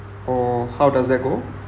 or how does that go